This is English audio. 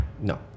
no